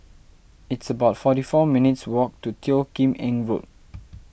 it's about forty four minutes' walk to Teo Kim Eng Road